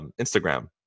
Instagram